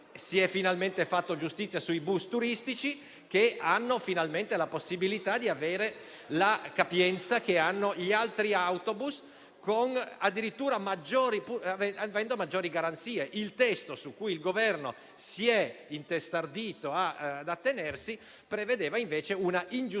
Si è finalmente fatta giustizia sui bus turistici, che hanno la possibilità di avere la capienza che hanno gli altri autobus, peraltro fornendo maggiori garanzie. Il testo su cui il Governo si era intestardito prevedeva, invece, una ingiustificata